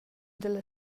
dalla